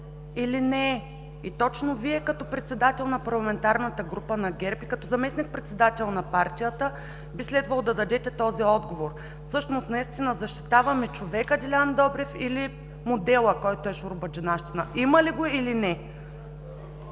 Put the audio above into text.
или не е? И точно Вие, като председател на парламентарната група на ГЕРБ и като заместник-председател на партията, би следвало да дадете този отговор. Всъщност наистина защитаваме човека Делян Добрев или модела, който е шуробаджанащина? Има ли го, или не?